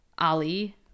Ali